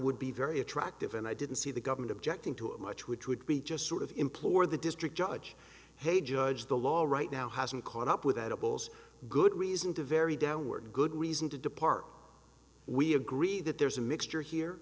would be very attractive and i didn't see the government objecting to it much which would be just sort of implore the district judge hey judge the law all right now hasn't caught up with edibles good reason to vary downward good reason to depart we agree that there's a mixture here